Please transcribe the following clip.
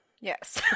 Yes